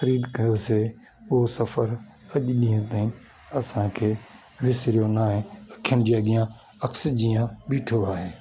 ख़रीद कयोसीं उहो सफ़रु अॼु ॾींअं ताईं असांखे विसिरियो न आहे अख़ियुनि जे अॻियां अक्स जीअं ॿीठो आहे